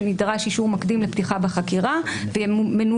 שנדרש אישור מקדים לפתיחה בחקירה ומנויים